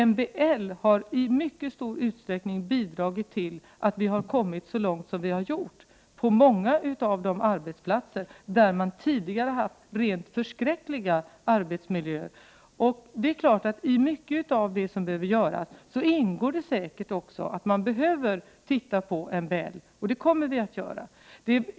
MBL har i mycket stor utsträckning bidragit till att vi har kommit så långt som vi har gjort på många av de arbetsplatser där man tidigare haft rent förskräckliga arbetsmiljöer. Det är klart att när det gäller mycket av det som behöver göras ingår också en översyn av MBL, och vi kommer att titta på denna lag.